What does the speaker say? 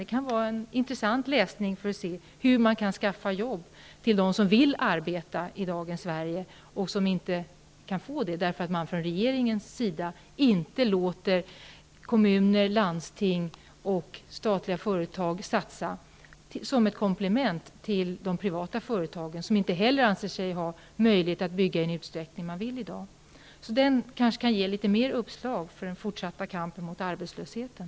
Det kan vara en intressant läsning för att se hur man kan skaffa jobb till dem som vill arbeta i dagens Sverige men som inte får det, därför att man från regeringens sida inte låter kommuner, landsting och statliga företag satsa som ett komplement till de privata företagen, som inte heller anser sig ha möjlighet att bygga i den utsträckning som de vill i dag. Det kanske kan ge litet mer uppslag för den fortsatta kampen mot arbetslösheten.